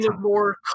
more